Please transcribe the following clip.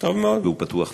והוא פתוח לכולם.